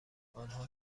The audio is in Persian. آنها